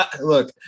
Look